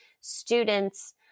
students